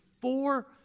four